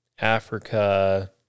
Africa